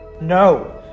No